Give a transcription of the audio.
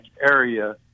area